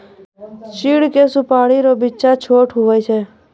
चीड़ के सुपाड़ी रो बिच्चा छोट हुवै छै